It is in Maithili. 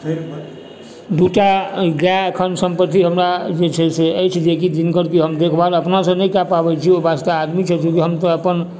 पोखरिमे दूटा गाए अखैन सम्प्रति हमरा जे छै से अछि जेकि जिनकर की हम देखभाल अपनासँ नहि कए पाबै छी ओहि वास्ते आदमी छै जेकि हम तऽ अपन